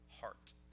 heart